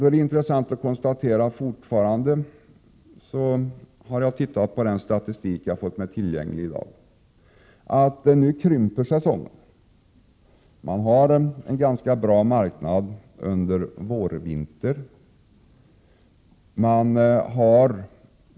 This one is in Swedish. Då är det intressant att konstatera, enligt den statistik jag fått mig till del i dag, att semestersäsongen nu krymper. Man har en ganska bra marknad under vårvintern.